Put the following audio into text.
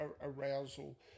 arousal